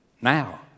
now